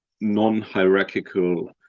non-hierarchical